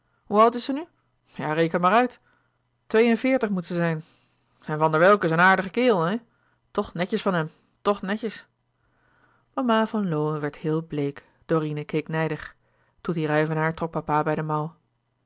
hoe oud is ze nu ja reken maar uit twee-en-veertig moet ze zijn en van der welcke is een aardige kerel hé toch netjes van hem toch netjes mama van lowe werd heel bleek dorine keek nijdig toetie ruyvenaer trok papa bij de mouw